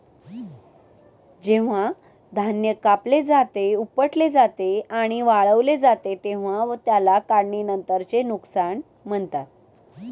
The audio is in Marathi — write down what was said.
जेव्हा धान्य कापले जाते, उपटले जाते आणि वाळवले जाते तेव्हा त्याला काढणीनंतरचे नुकसान म्हणतात